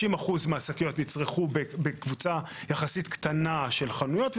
60% מהשקיות נצרכו בקבוצה יחסית קטנה של חנויות.